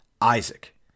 Isaac